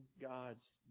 God's